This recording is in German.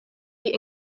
die